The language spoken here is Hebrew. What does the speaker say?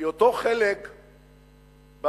כי אותו חלק בדו-שיח,